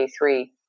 A3